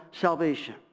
salvation